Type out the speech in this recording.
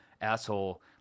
asshole